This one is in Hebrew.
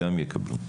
גם יקבלו.